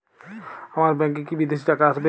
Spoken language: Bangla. আমার ব্যংকে কি বিদেশি টাকা আসবে?